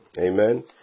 Amen